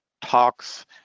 talks